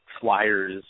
flyers